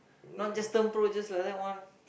not just turn pro just like that one